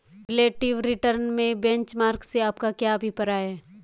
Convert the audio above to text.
Relative return में benchmark से आपका क्या अभिप्राय है?